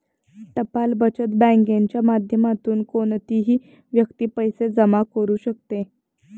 टपाल बचत बँकेच्या माध्यमातून कोणतीही व्यक्ती पैसे जमा करू शकते